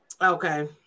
okay